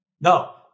No